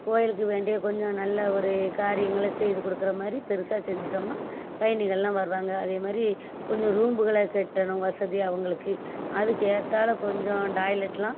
கோவிலுக்கு வேண்டிய கொஞ்சம் நல்ல ஒரு காரியங்களை செய்து கொடுக்கற மாதிரி பெருசாக செஞ்சிட்டோம்னா பயணிகள்லாம் வருவாங்க அதே மாதிரி கொஞ்சம் ரூம்புகளை கட்டணும் வசதியாக அவங்களுக்கு அதுக்கு ஏற்றால கொஞ்சம் டாய்லெட்லாம்